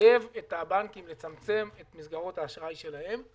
שמחייב את הבנקים לצמצם את מסגרות האשראי שלהם,